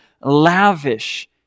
lavish